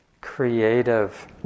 creative